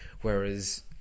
whereas